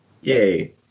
Yay